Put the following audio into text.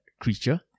creature